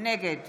נגד